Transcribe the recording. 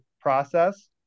process